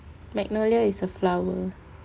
magnolia is a flower